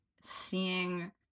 seeing